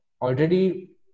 already